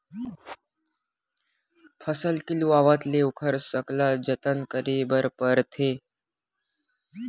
फसल के लुवावत ले ओखर सकला जतन करे बर परथे